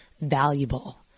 valuable